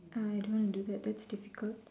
I don't want to do that that's difficult